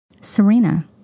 Serena